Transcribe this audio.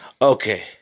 Okay